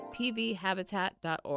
pvhabitat.org